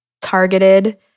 targeted